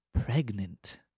pregnant